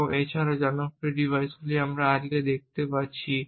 এবং এছাড়াও জনপ্রিয় ডিভাইসগুলি যেমন আমরা আজকে দেখতে পাচ্ছি